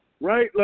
right